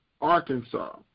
Arkansas